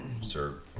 serve